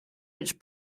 its